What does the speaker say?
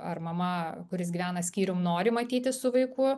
ar mama kuris gyvena skyrium nori matytis su vaiku